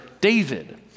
David